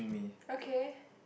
okay